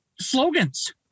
slogans